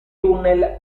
tunnel